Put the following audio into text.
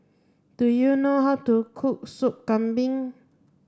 do you know how to cook soup Kambing